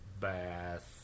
bath